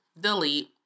Delete